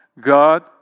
God